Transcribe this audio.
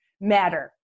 matter